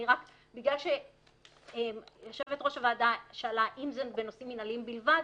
בגלל שיושבת-ראש הוועדה שאלה אם זה בנושאים מנהליים בלבד,